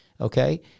Okay